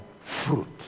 fruit